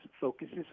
focuses